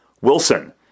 Wilson